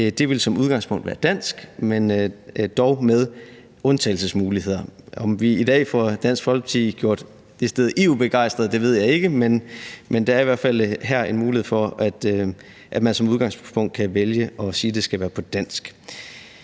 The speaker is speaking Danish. Det vil som udgangspunkt være dansk, men dog med undtagelsesmuligheder. Om vi i dag får Dansk Folkeparti gjort decideret EU-begejstret, ved jeg ikke, men der er i hvert fald her en mulighed for, at man som udgangspunkt kan vælge at sige, at det skal være på dansk.